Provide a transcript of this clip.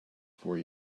for